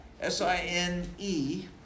s-i-n-e